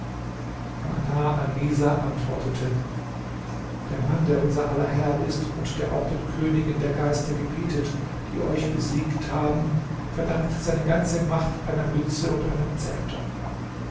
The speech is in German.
alnisa antwortete der mann der unser aller herr ist und der auch den königen der geister gebietet die euch besiegt haben verdankt seine ganze macht einer mütze und einem zepter